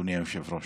אדוני היושב-ראש: